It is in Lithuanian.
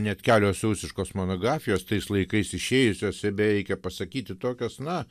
net kelios su rusiškos monografijos tais laikais išėjusios ir beje reikia pasakyti tokios na